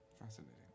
Fascinating